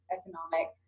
economic